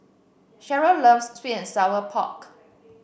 Sherryl loves sweet and Sour Pork